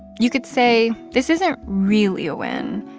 you could say this isn't really a win.